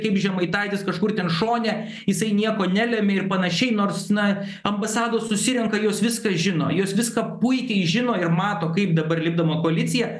kaip žemaitaitis kažkur ten šone jisai nieko nelemia ir panašiai nors na ambasados susirenka jos viską žino jos viską puikiai žino ir mato kaip dabar lipdoma koalicija